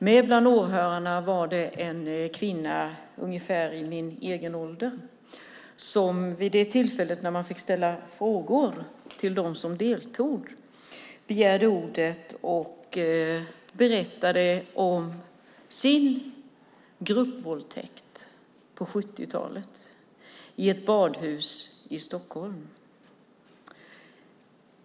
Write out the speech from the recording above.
Med bland åhörarna var en kvinna ungefär i min egen ålder som vid det tillfälle då man fick ställa frågor till dem som deltog begärde ordet och berättade om sin gruppvåldtäkt i ett badhus i Stockholm på 70-talet.